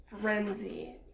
frenzy